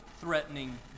threatening